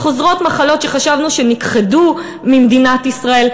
חוזרות מחלות שחשבנו שנכחדו ממדינת ישראל.